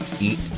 eat